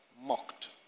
mocked